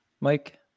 Mike